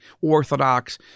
Orthodox